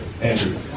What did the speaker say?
Andrew